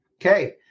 Okay